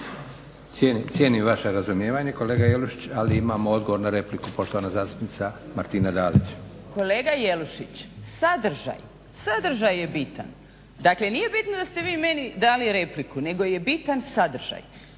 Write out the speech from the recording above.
Cijenim vaše razumijevanje kolega Jelušić, ali imao odgovor na repliku. Poštovana zastupnica Martina Dalić. **Dalić, Martina (HDZ)** Kolega Jelušić, sadržaj, sadržaj je bitan. Dakle, nije bitno da ste vi meni dali repliku nego je bitan sadržaj